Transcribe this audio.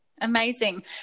Amazing